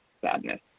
Sadness